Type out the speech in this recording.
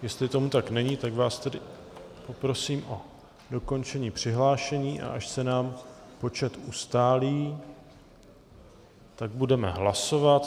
Jestli tomu tak není, tak vás tedy poprosím o dokončení přihlášení, a až se nám počet ustálí, tak budeme hlasovat.